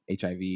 HIV